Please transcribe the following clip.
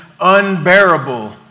unbearable